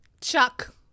Chuck